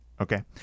Okay